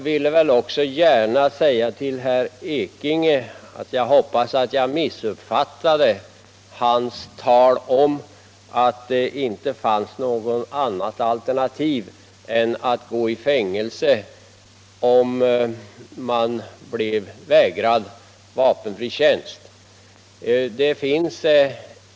Sedan hoppas jag att jag missuppfattade herr Ekinge när han talade om att det inte finns något annat alternativ än att gå i fängelse, när man ansöker om vapenfri tjänst men får sin ansökan avslagen.